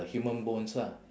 human bones lah